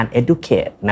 educate